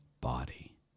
body